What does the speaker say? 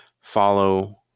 follow